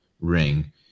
ring